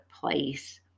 place